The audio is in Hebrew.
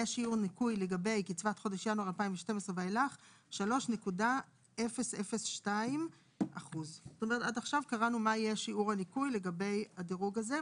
יהיה שיעור הניכוי לגבי קצבת חודש ינואר 2012 ואילך 3.002%. עד עכשיו קבענו מה יהיה שיעור הניכוי לגבי הדירוג הזה,